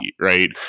right